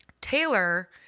Taylor